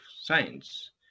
science